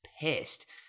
pissed